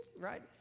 right